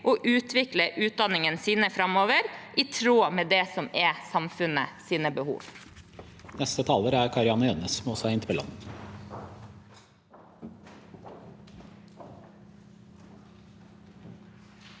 og utvikle utdanningene sine framover i tråd med det som er samfunnets behov.